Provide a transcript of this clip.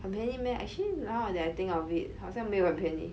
很便宜 meh actually now that I think of it 好像没有很便宜